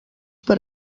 per